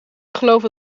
geloven